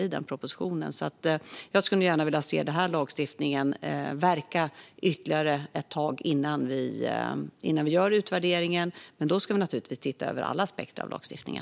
Jag skulle nog alltså gärna vilja se den här lagstiftningen verka ytterligare ett tag innan vi gör utvärderingen. Då ska vi dock naturligtvis titta över alla aspekter av lagstiftningen.